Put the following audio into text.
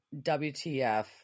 WTF